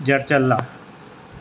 jeep چلا